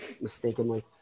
mistakenly